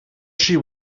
she